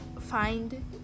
find